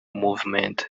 movement